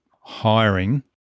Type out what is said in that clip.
hiring